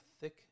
thick